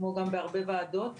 כמו גם בהרבה ועדות